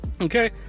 okay